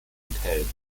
enthält